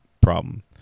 problem